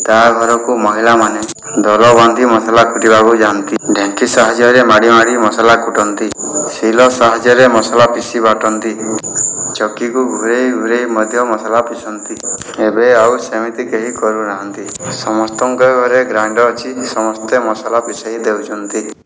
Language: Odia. ତା ଘରକୁ ମହିଳାମାନେ ଦଳବାନ୍ଧି ମସଲା କୁଟିବାକୁ ଯାଆନ୍ତି ଢେଙ୍କି ସାହାଯ୍ୟରେ ମାଡ଼ି ମାଡ଼ି ମସଲା କୁଟନ୍ତି ଶୀଳ ସାହାଯ୍ୟରେ ମସଲା ପିଶି ବାଟନ୍ତି ଚକିକୁ ଘୁରାଇ ଘୁରାଇ ମଧ୍ୟ ମସଲା ପୀଶନ୍ତି ଏବେ ଆଉ ସେମିତି କେହି କରୁନାହାନ୍ତି ସମସ୍ତଙ୍କ ଘରେ ଗ୍ରାଇଣ୍ଡର ଅଛି ସମସ୍ତେ ମସଲା ପିଶାଇ ଦେଉଛନ୍ତି